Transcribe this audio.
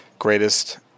Greatest